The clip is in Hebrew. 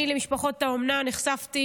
אני נחשפתי